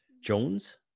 Jones